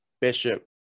bishop